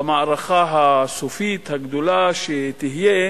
במערכה הסופית הגדולה שתהיה,